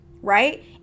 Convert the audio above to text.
right